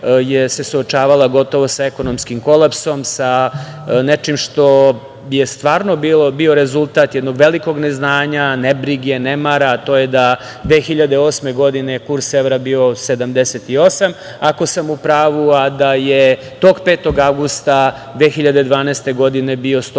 se suočavala gotovo sa ekonomskim kolapsom, sa nečim što je stvarno bio rezultat jednog velikog neznanja, nebrige, nemara, a to je da 2008. godine je kurs evra bio 78, ako sam u pravu, a da je tog 5. avgusta 2012. godine bio